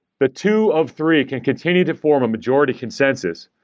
the two of three can continue to form a majority consensus,